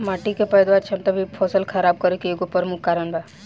माटी के पैदावार क्षमता भी फसल खराब करे के एगो प्रमुख कारन बा